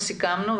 סיכמנו,